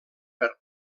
per